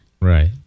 Right